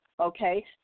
okay